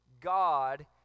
God